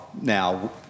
now